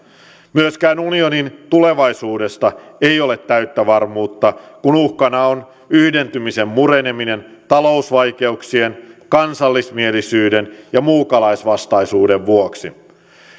myöskään unionin tulevaisuudesta ei ole täyttä varmuutta kun uhkana on yhdentymisen mureneminen talousvaikeuksien kansallismielisyyden ja muukalaisvastaisuuden vuoksi